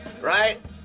Right